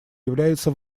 является